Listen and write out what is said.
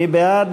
מי בעד?